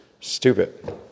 Stupid